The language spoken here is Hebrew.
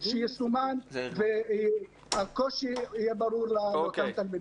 שיסומן והקושי יהיה ברור לאותם תלמידים.